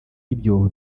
ibyobo